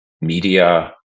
media